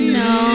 no